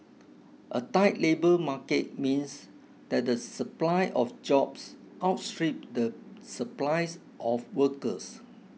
a tight labour market means that the supply of jobs outstrip the supplies of workers